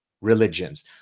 religions